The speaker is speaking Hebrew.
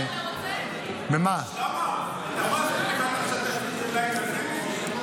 אתה בטוח שאתה רוצה?